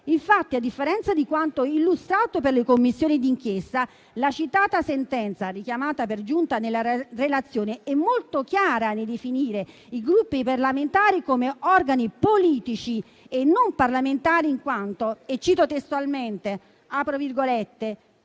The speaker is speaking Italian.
Infatti, a differenza di quanto illustrato per le Commissioni d'inchiesta, la citata sentenza, richiamata per giunta nella relazione, è molto chiara nel definire i Gruppi parlamentari come organi politici e non parlamentari in quanto - cito testualmente - «comunque